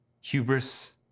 hubris